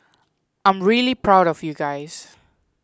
I'm really proud of you guys